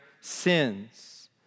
sins